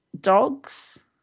dogs